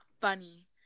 funny